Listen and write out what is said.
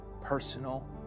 personal